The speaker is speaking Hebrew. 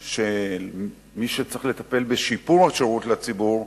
כמי שצריך לטפל בשיפור השירות לציבור,